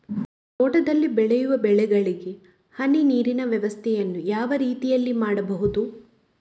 ತೋಟದಲ್ಲಿ ಬೆಳೆಯುವ ಬೆಳೆಗಳಿಗೆ ಹನಿ ನೀರಿನ ವ್ಯವಸ್ಥೆಯನ್ನು ಯಾವ ರೀತಿಯಲ್ಲಿ ಮಾಡ್ಬಹುದು?